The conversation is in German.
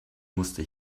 musste